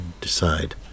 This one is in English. decide